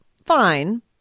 Fine